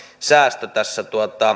säästö tässä